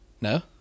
no